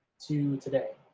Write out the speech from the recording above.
to today,